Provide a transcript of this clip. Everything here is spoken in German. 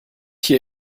hier